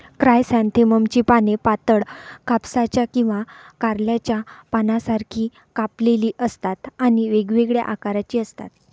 क्रायसॅन्थेममची पाने पातळ, कापसाच्या किंवा कारल्याच्या पानांसारखी कापलेली असतात आणि वेगवेगळ्या आकाराची असतात